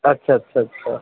আচ্ছা আচ্ছা আচ্ছা